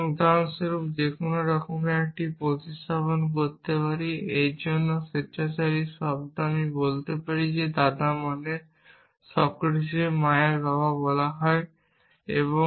আমি উদাহরণ স্বরূপ যে কোন একটিকে প্রতিস্থাপন করতে পারি এর জন্য স্বেচ্ছাচারী শব্দ আমি বলতে পারি দাদা যার মানে সক্রেটিকের মায়ের বাবা বলা যাক